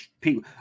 people